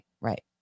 Right